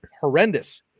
Horrendous